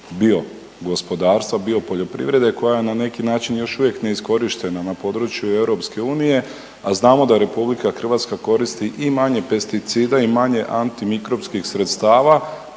biogospodarstva, biopoljoprivrede, koja je na neki način još uvijek neiskorištena na području EU, a znamo da RH koristi i manje pesticida i manje antimikrobskih sredstava